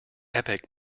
epic